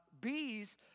bees